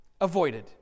avoided